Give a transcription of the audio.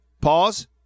pause